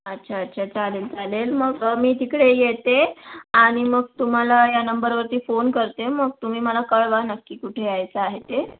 अच्छा अच्छा चालेल चालेल मग मी तिकडे येते आणि मग तुम्हाला या नंबरवरती फोन करते मग तुम्ही मला कळवा नक्की कुठे यायचं आहे ते